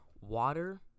Water